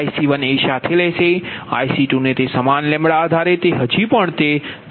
તે પછી IC1એ સાથે લેશેIC2ને તે સમાન આધારે તે હજી પણ તે 73